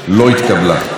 לא התקבלה.